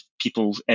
people